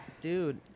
Dude